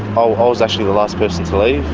i was actually the last person